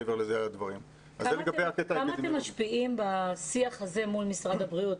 כמה אתם משפיעים בשיח הזה מול משרד הבריאות?